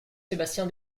sébastien